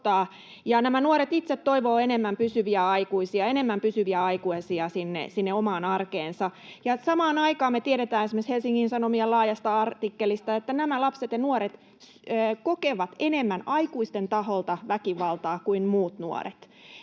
aikuisia, enemmän pysyviä aikuisia sinne omaan arkeensa. Samaan aikaan me tiedetään esimerkiksi Helsingin Sanomien laajasta artikkelista, että nämä lapset ja nuoret kokevat enemmän aikuisten taholta väkivaltaa kuin muut nuoret.